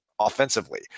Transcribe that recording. offensively